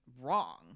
wrong